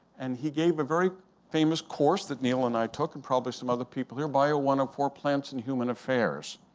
and he gave a very famous course that neil and i took, and probably some other people here, bio one hundred and four, plants and human affairs.